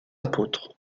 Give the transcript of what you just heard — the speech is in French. apôtres